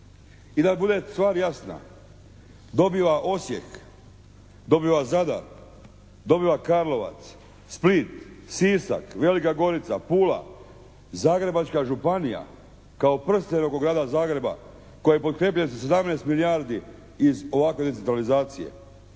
I da bude stvar jasna. Dobiva Osijek, dobiva Zadar, dobiva Karlovac, Split, Sisak, Velika Gorica, Pula. Zagrebačka županija kao prsten oko Grada Zagreba koji je potkrijepljen sa 17 milijardi iz ovakve decentralizacije.